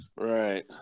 Right